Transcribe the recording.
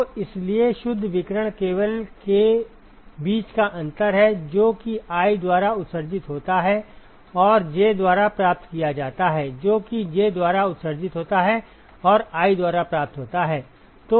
तो इसलिए शुद्ध विकिरण केवल के बीच का अंतर है जो कि i द्वारा उत्सर्जित होता है और j द्वारा प्राप्त किया जाता है जो कि j द्वारा उत्सर्जित होता है और i द्वारा प्राप्त होता है